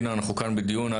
הנה אנחנו כאן בדיון,